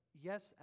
yes